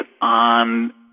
on